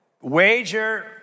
wager